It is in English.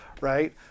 right